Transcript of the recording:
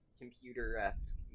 computer-esque